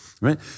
right